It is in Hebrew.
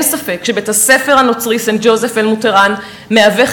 אין ספק שבית-הספר הנוצרי סנט ג'וזף אלמוטראן מהווה